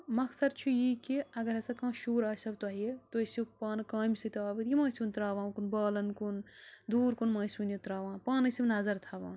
مقصر چھُ یی کہِ اگر ہَسا کانٛہہ شُر آسیو تۄہہِ تُہۍ ٲسِو پانہٕ کامہِ سۭتۍ آوٕر یہِ مہٕ ٲسۍ ہُن تراوان اُکُن بالَن کُن دوٗر کُن مہٕ ٲسۍ ہُن یہِ تراوان پان ٲسِو نظر تھاوان